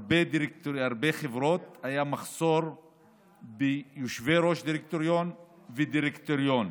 בהרבה חברות היה מחסור ביושבי-ראש דירקטוריון ובדירקטוריון.